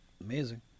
amazing